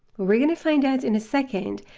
we're going to find out in a second.